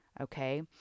Okay